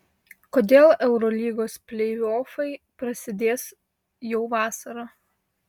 kodėl eurolygos pleiofai prasidės jau vasarą